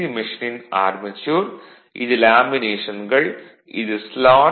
மெஷினின் ஆர்மெச்சூர் இது லேமினேஷன்கள் இது ஸ்லாட்ஸ்